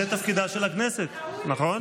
זה תפקידה של הכנסת, נכון?